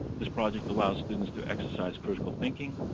this projects allows students to exercise critical thinking,